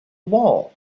wall